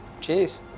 Cheers